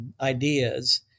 ideas